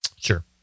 sure